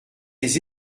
des